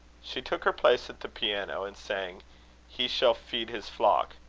she took her place at the piano, and sang he shall feed his flock.